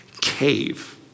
cave